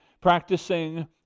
Practicing